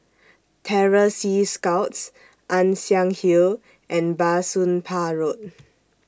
Terror Sea Scouts Ann Siang Hill and Bah Soon Pah Road